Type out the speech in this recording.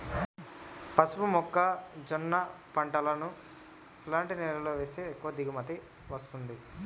పసుపు మొక్క జొన్న పంటలను ఎలాంటి నేలలో వేస్తే ఎక్కువ దిగుమతి వస్తుంది?